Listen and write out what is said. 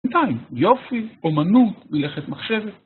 יופי, אומנות, מלאכת מחשבת.